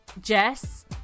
Jess